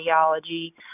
ideology